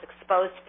exposed